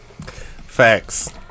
Facts